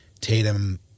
Tatum